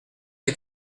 est